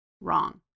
Wrong